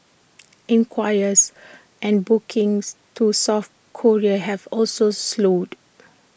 inquiries and bookings to south Korea have also slowed